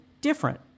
different